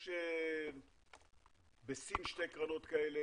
יש בסין שתי קרנות כאלה,